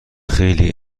خیلی